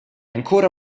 ancora